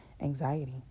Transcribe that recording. anxiety